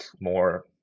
more